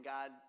God